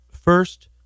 first